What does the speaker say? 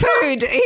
Food